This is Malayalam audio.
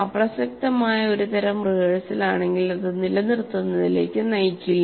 അപ്രസക്തമായ ഒരു തരം റിഹേഴ്സലാണെങ്കിൽ അത് നിലനിർത്തുന്നതിലേക്ക് നയിക്കില്ല